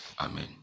Amen